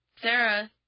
Sarah